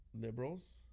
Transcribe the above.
liberals